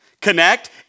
Connect